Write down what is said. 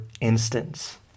instance